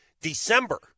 December